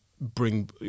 bring